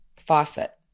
faucet